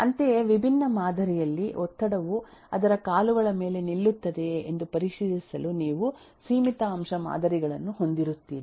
ಅಂತೆಯೇ ವಿಭಿನ್ನ ಮಾದರಿಯಲ್ಲಿ ಒತ್ತಡವು ಅದರ ಕಾಲುಗಳ ಮೇಲೆ ನಿಲ್ಲುತ್ತದೆಯೇ ಎಂದು ಪರಿಶೀಲಿಸಲು ನೀವು ಸೀಮಿತ ಅಂಶ ಮಾದರಿಗಳನ್ನು ಹೊಂದಿರುತ್ತೀರಿ